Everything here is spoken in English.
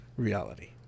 reality